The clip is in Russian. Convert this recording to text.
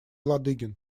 ладыгин